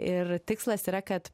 ir tikslas yra kad